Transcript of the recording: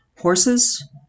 horses